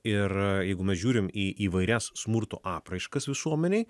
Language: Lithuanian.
ir jeigu mes žiūrim į įvairias smurto apraiškas visuomenėj